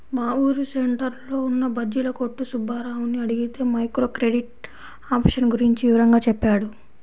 మా ఊరు సెంటర్లో ఉన్న బజ్జీల కొట్టు సుబ్బారావుని అడిగితే మైక్రో క్రెడిట్ ఆప్షన్ గురించి వివరంగా చెప్పాడు